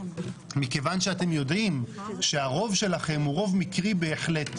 מכיוון שאתם יודעים שהרוב שלכם הוא רוב מקרי בהחלט,